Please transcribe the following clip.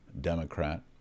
Democrat